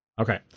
Okay